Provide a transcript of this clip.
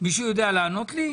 מישהו יודע לענות לי?